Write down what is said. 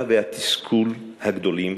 את המצוקה והתסכול הגדולים.